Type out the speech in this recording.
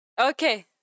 okay